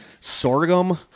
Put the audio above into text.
Sorghum